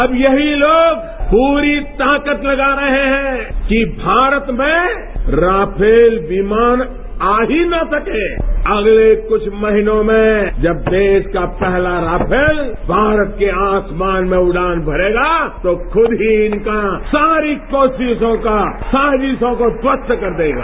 अब ये ही लोग पूरी ताकत लगा रहे हैं कि भारत में राफेल विमान आ ही न सके अगले कुछ महीनों में जब देश का पहला राफेल भारत के आसमान में उड़ान भरेगा तो खुद हीइनका सारी कोशिशों का साजिशों को ध्वस्त कर देगा